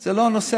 זה לא הנושא,